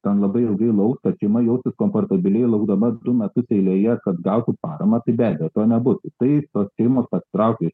ten labai ilgai lauks kad šeima jausis komfortabiliai laukdama du metus eilėje kad gautų paramą tai be abejo to nebus tai tos šeimos pasitraukia